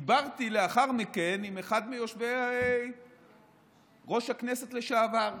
דיברתי לאחר מכן עם אחד מיושבי-ראש הכנסת לשעבר,